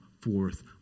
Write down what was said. forth